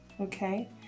okay